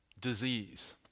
disease